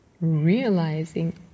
realizing